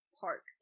Park